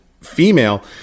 female